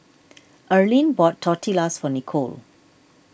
Earline bought Tortillas for Nikole